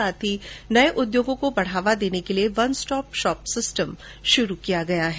साथ ही नए उद्योगों को बढ़ावा देदेने के लिए वन स्टॉप शॉप सिस्टम शुरू किया गया है